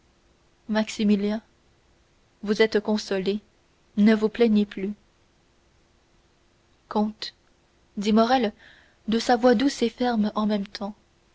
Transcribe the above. maximilien vous êtes consolé ne vous plaignez plus comte dit morrel de sa voix douce et ferme en même temps